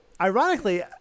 Ironically